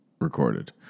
recorded